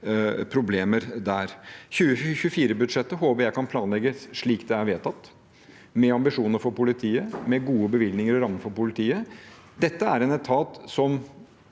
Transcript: problemer der. 2024-budsjettet håper jeg kan planlegges slik det er vedtatt, med ambisjoner for politiet og med gode bevilgninger og rammer for politiet. Som andre etater